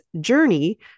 journey